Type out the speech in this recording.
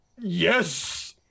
yes